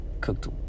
cooked